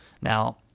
Now